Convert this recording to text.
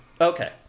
Okay